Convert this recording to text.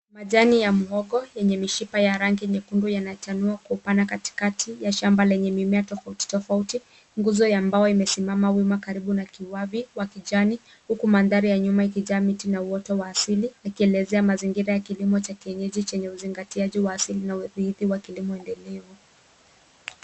Majani ya muhogo yenye mishipa ya rangi nyekundu yanachanua kwa upana katikati ya shamba lenye mimea tofauti tofauti. Nguzo ya mbao imesimama wima karibu na kiwavi wa kijani huku mandhari ya nyuma ikijaa miti na uoto wa asili ikielezea mazingira ya kilimo cha kienyeji chenye uzingatiaji wa asili na uridhi wa kilimo endelevu.